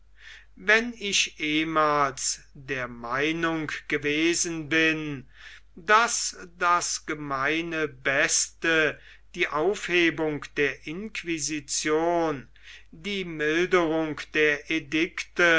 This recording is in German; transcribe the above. wenn ich ehemals der meinung gewesen bin daß das gemeine beste die aufhebung der inquisition die milderung der